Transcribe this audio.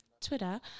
Twitter